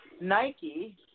Nike